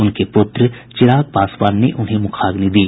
उनके पुत्र चिराग पासवान ने उन्हें मुखाग्नि दी